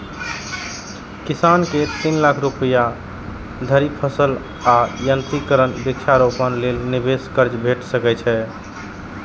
किसान कें तीन लाख रुपया धरि फसल आ यंत्रीकरण, वृक्षारोपण लेल निवेश कर्ज भेट सकैए